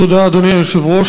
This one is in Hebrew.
תודה, אדוני היושב-ראש.